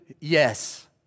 yes